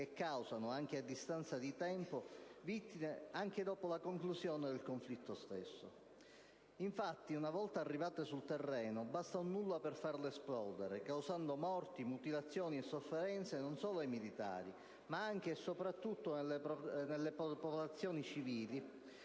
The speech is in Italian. esplosivi, che causano vittime anche dopo la conclusione del conflitto. Infatti, una volta arrivate sul terreno, basta un nulla per farle esplodere, causando morti, mutilazioni e sofferenze non solo ai militari, ma anche e soprattutto alle popolazioni civili,